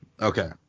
Okay